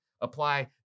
apply